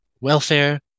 welfare